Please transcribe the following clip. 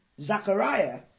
Zachariah